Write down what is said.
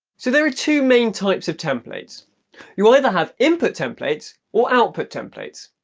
so there are two main types of templates you will either have input templates, or output templates.